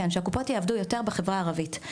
שקופות החולים יעבדו יותר בחברה הערבית.